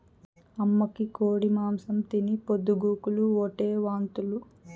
అమ్మకి కోడి మాంసం తిని పొద్దు గూకులు ఓటే వాంతులు